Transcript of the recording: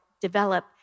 develop